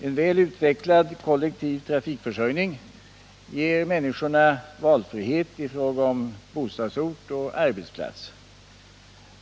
En väl utvecklad kollektiv trafikförsörjning ger människorna valfrihet i fråga om bostadsort och arbetsplats.